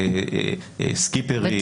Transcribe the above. סקיפרים,